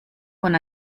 con